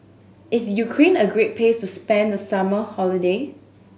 is Ukraine a great place to spend the summer holiday